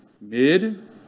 mid